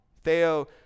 Theo